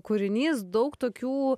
kūrinys daug tokių